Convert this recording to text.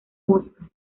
mosca